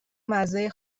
مزه